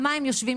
על מה הם יושבים,